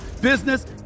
business